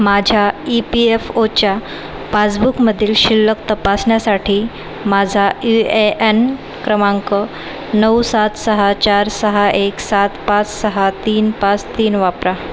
माझ्या E P F ओच्या पासबुकमधील शिल्लक तपासण्यासाठी माझा यू ए एन क्रमांक नऊ सात सहा चार सहा एक सात पाच सहा तीन पाच तीन वापरा